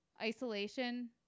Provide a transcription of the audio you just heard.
isolation